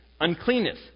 uncleanness